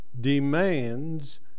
demands